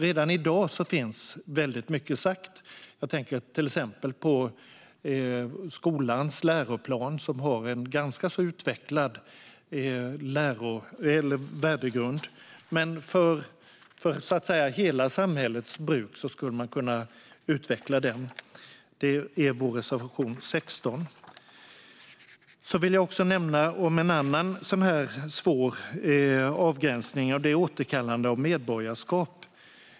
Redan i dag är mycket sagt, till exempel i skolans läroplan, som har en ganska utvecklad värdegrund. Men man skulle kunna utveckla en för hela samhällets bruk. Låt mig också nämna en sådan här svår avgränsning, och det är återkallande av medborgarskap.